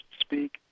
speak